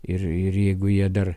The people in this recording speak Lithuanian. ir ir jeigu jie dar